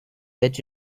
that